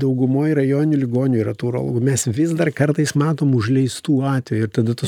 daugumoj rajoninių ligoninių yra tų urologų mes vis dar kartais matom užleistų atvejų ir tada tas